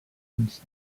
insects